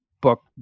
book